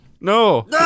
No